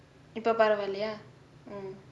இப்பே பரவால்லையா:ippae paravalaiyaa